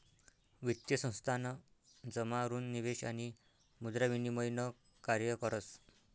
वित्तीय संस्थान जमा ऋण निवेश आणि मुद्रा विनिमय न कार्य करस